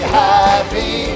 happy